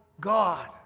God